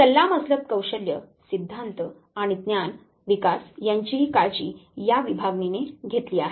सल्लामसलत कौशल्य सिद्धांत आणि ज्ञान विकास यांचीही काळजी या विभागणीने घेतली आहे